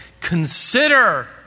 consider